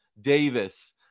Davis